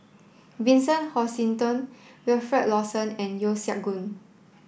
Vincent Hoisington Wilfed Lawson and Yeo Siak Goon